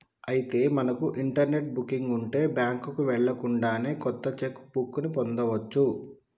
అయితే మనకు internet booking ఉంటే బ్యాంకుకు వెళ్ళకుండానే కొత్త చెక్ బుక్ ని పొందవచ్చు